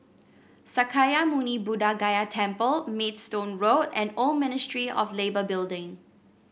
Sakya Muni Buddha Gaya Temple Maidstone Road and Old Ministry of Labour Building